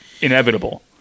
inevitable